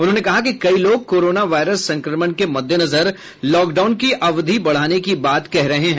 उन्होंने कहा कि कई लोग कोरोना वायरस संक्रमण को मद्देनजर लॉकडाउन की अवधि बढ़ाने की बात कह रहे हैं